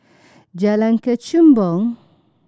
Jalan Kechubong